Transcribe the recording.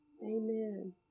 Amen